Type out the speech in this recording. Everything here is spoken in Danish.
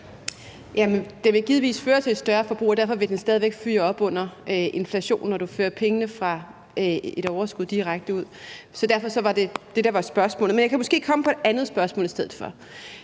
Det vil givetvis føre til et større forbrug, og derfor vil det stadig væk fyre op under inflationen, når du fører pengene fra et overskud direkte ud. Derfor var det det, der var spørgsmålet. Men jeg kan måske komme på et andet spørgsmål i stedet for.